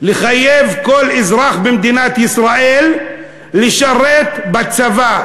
לחייב כל אזרח במדינת ישראל לשרת בצבא,